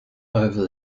over